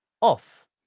Off